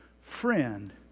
friend